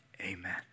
Amen